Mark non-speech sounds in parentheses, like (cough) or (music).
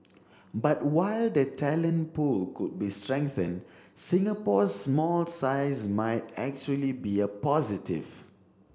(noise) but while the talent pool could be strengthened Singapore's small size might actually be a positive